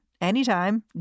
anytime